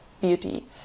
Beauty